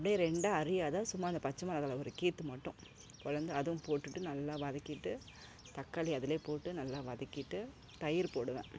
அப்படியே ரெண்டாக அரிய அதாவது சும்மா அந்த பச்சை மிளகால ஒரு கீற்று மட்டும் பிளந்து அதுவும் போட்டுவிட்டு நல்லா வதக்கிவிட்டு தக்காளி அதுலேயே போட்டு நல்லா வதக்கிவிட்டு தயிர் போடுவேன்